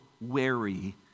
wary